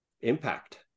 impact